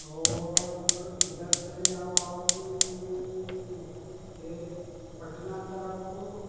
और इधर चले जाओ आप यह पटना तरफ